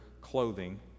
clothing